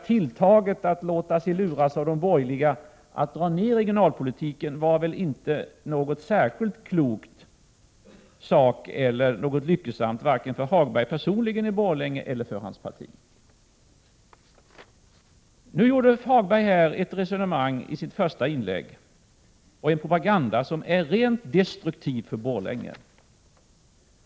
Tilltaget att låta sig luras av de borgerliga att dra ner på regionalpolitiken var väl inte särskilt klokt eller lyckosamt, vare sig för Hagberg personligen i Borlänge eller för hans parti. Lars-Ove Hagberg förde ett resonemang i sitt första inlägg och gjorde en propaganda som är rent destruktiv för Borlänge.